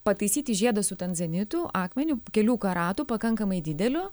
pataisyti žiedą su tanzanitu akmeniu kelių karatų pakankamai dideliu